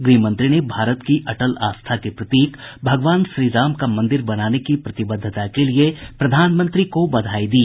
गृह मंत्री ने भारत की अटल आस्था के प्रतीक भगवान श्रीराम का मन्दिर बनाने की प्रतिबद्धता के लिए भी प्रधानमंत्री को बधाई दी